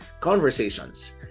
conversations